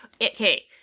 Okay